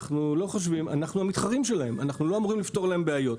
אנחנו המתחרים שלהם ואנחנו לא אמורים לפתור להם בעיות.